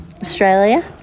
Australia